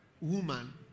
woman